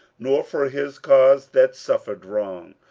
nor for his cause that suffered wrong,